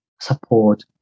support